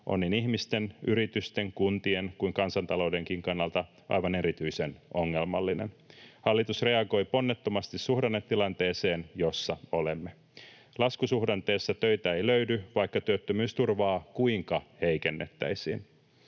on niin ihmisten, yritysten, kuntien kuin kansantaloudenkin kannalta aivan erityisen ongelmallinen. Hallitus reagoi ponnettomasti suhdannetilanteeseen, jossa olemme. Laskusuhdanteessa töitä ei löydy, vaikka työttömyysturvaa kuinka heikennettäisiin.